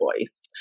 voice